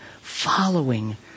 following